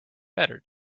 better